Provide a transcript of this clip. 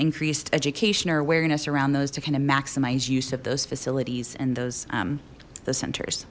increased education or awareness around those to kind of maximize use of those facilities and those the center